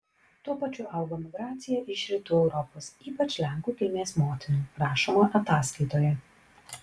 tuo pačiu augo migracija iš rytų europos ypač lenkų kilmės motinų rašoma ataskaitoje